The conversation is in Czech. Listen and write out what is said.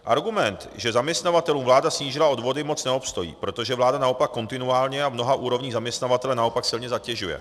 Argument, že zaměstnavatelům vláda snížila odvody, moc neobstojí, protože vláda naopak kontinuálně v mnoha úrovních zaměstnavatele naopak silně zatěžuje.